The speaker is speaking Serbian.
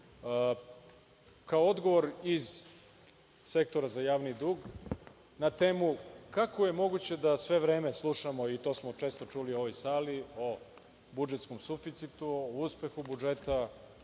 kao odgovor iz Sektora za javni dug na temu kako je moguće da sve vreme slušamo, to smo često čuli i u ovoj sali o budžetskom suficitu, o uspehu budžeta,